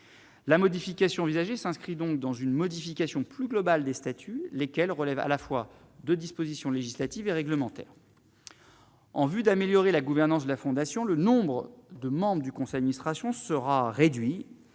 la modification envisagée s'inscrit donc dans une modification plus globale des statuts, lesquels relèvent à la fois de dispositions législatives et réglementaires en vue d'améliorer la gouvernance de la fondation, le nombre de membres du conseil de ministres à Sion sera réduit